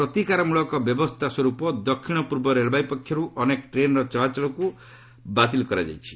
ପ୍ରତିକାରମୂଳକ ବ୍ୟବସ୍ଥାସ୍ୱର୍ପ ଦକ୍ଷିଣ ପୂର୍ବ ରେଳବାଇ ପକ୍ଷରୁ ଅନେକ ଟ୍ରେନ୍ର ଚଳାଚଳକୁ ବାତିଲ୍ କରାଯାଇଛି